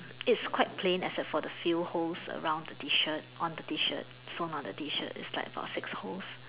it's quite plain except for the few holes around the T-shirt on the T-shirt sewn on the T-shirt is like about six holes